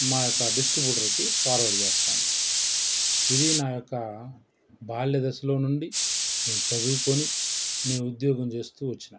మా యొక్క డిస్ట్రిబ్యూటర్కి ఫార్వర్డ్ చేస్తాను ఇది నా యొక్క బాల్య దశలో నుండి నేను చదువుకొని నేను ఉద్యోగం చేస్తూ వచ్చినా